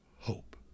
hope